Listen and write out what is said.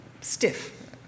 stiff